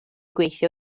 gweithio